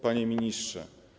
Panie Ministrze!